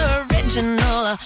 original